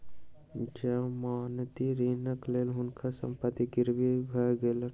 जमानती ऋणक लेल हुनका सभ संपत्ति गिरवी भ गेलैन